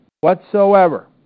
whatsoever